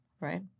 right